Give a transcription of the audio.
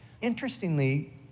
interestingly